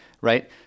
Right